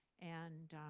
and